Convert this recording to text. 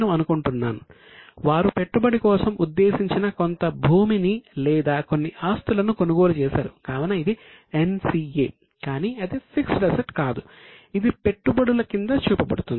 investment property కాదు ఇది పెట్టుబడుల క్రింద చూపబడుతుంది